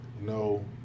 no